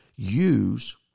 use